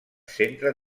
centre